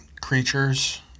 creatures